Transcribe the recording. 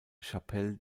chapelle